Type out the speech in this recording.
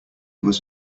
was